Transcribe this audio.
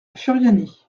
furiani